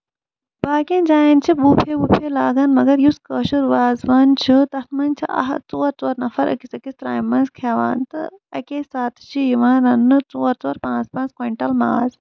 باقین جاین چھِ بوٗفے وٗفے لگان مَگر یُس کٲشُر وازوان چھُ تَتھ منٛز چھِ ژور ژور نَفر أکِس أکِس ترامہِ منٛز کھیٚوان تہٕ اَکے ساتہٕ چھِ یِوان رَننہٕ ژور ژور پانٛژھ پانژھ کۄیٚٹل ماز